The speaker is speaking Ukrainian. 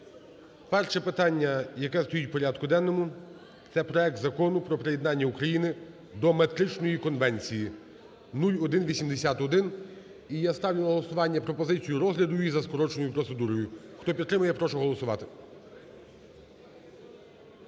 Перше питання, яке стоїть в порядку денному, це проект Закону про приєднання України до Метричної конвенції (0181). І я ставлю на голосування пропозицію розгляду її за скороченою процедурою. Хто підтримує, я прошу голосувати.